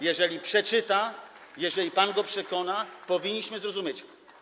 Jeżeli przeczyta, jeżeli pan go przekona, powinien zrozumieć.